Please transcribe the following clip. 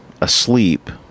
asleep